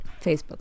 Facebook